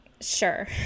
Sure